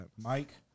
Mike